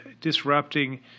disrupting